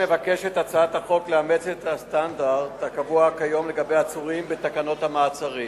הצעת החוק מבקשת לאמץ את הסטנדרט הקבוע כיום לגבי עצורים בתקנות המעצרים